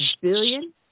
billion